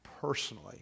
personally